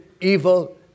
evil